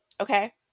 Okay